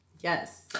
Yes